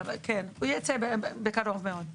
כן, הוא ייצא בקרוב מאוד.